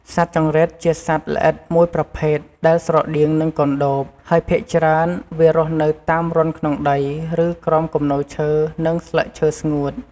សត្វចង្រិតជាសត្វល្អិតមួយប្រភេទ ដែលស្រដៀងនឹងកណ្ដូប ហើយភាគច្រើន វារស់នៅតាមរន្ធក្នុងដី ឬក្រោមគំនរឈើ និង ស្លឹកឈើស្ងួត។ ។